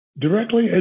Directly